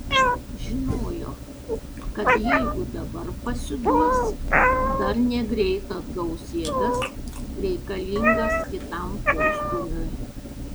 žinojo kad jeigu dabar pasiduos dar negreit atgaus jėgas reikalingas kitam postūmiui